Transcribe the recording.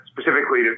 specifically